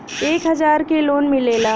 एक हजार के लोन मिलेला?